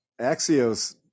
Axios